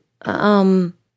Um